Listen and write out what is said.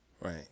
Right